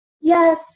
yes